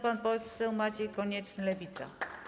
Pan poseł Maciej Konieczny, Lewica.